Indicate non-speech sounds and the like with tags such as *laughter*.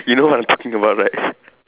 you know what I'm talking about right *laughs*